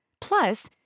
Plus